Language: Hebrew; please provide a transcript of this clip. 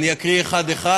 אני אקריא אחד-אחד,